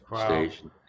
station